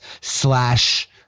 slash